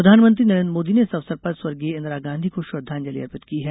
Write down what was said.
प्रधानमंत्री नरेन्द्र मोदी ने इस अवसर पर स्वर्गीय इंदिरा गांधी को श्रद्धांजलि अर्पित की है